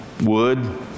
Wood